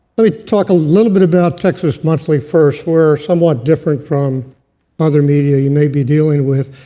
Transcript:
let me talk a little bit about texas monthly first. we're somewhat different from other media you may be dealing with.